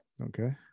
Okay